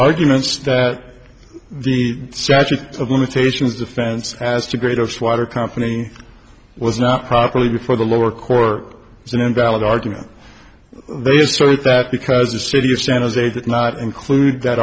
arguments that the statute of limitations defense as to greatest water company was not properly before the lower court is an invalid argument they resort that because the city of san jose did not include that